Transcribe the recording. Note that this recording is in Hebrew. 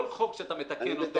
כל חוק שאתה מתקן,